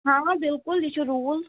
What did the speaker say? ہاں ہاں بِلکُل یہِ چھُ روٗل